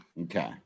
Okay